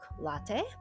latte